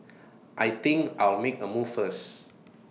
I think I'll make A move first